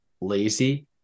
lazy